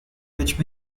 which